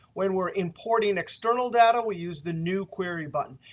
when we're importing external data, we use the new query button.